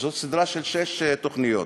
זו סדרה של שש תוכניות.